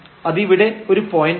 അതിവിടെ ഒരു പോയന്റാണ്